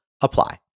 apply